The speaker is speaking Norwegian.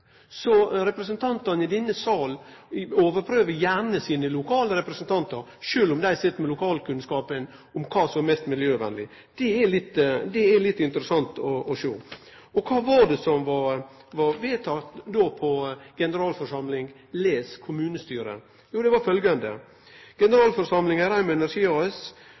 Så representantane i denne salen overprøver gjerne sine lokale representantar, sjølv om dei sit med lokalkunnskapen om kva som er mest miljøvenleg. Det er litt interessant å sjå. For kva var det som blei vedteke på generalforsamlinga, les kommunestyret? Jo, det var følgjande: